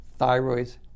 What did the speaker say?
thyroids